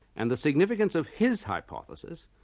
and the significance of his hypothesis,